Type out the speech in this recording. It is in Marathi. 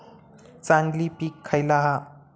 चांगली पीक खयला हा?